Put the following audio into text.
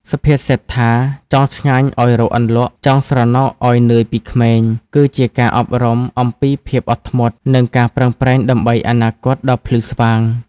សុភាសិតថា «ចង់ឆ្ងាញ់ឱ្យរកអន្លក់ ចង់ស្រណុកឱ្យនឿយពីក្មេង»គឺជាការអប់រំអំពីភាពអត់ធ្មត់ និងការប្រឹងប្រែងដើម្បីអនាគតដ៏ភ្លឺស្វាង។